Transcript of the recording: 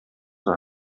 der